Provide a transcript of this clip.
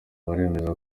baremeza